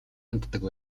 ханддаг